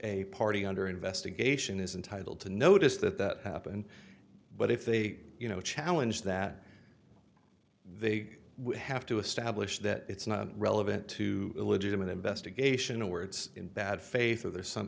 a party under investigation is entitle to notice that that happened but if they you know challenge that they have to establish that it's not relevant to a legitimate investigation or words in bad faith or there's some